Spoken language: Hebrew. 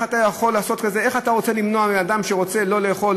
איך אתה יכול לעשות דבר כזה: איך אתה רוצה למנוע מאדם שרוצה לא לאכול,